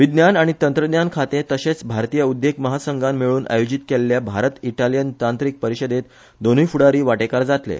विज्ञान आनी तंत्रज्ञान खाते तशेच भारतीय उद्देग महासंघान मेळून आयोजित केल्ल्या भारत इटालियन तंत्रीक परिषदेत दोनूय फूडारी वाटेकार जातले